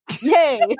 yay